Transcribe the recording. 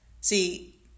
See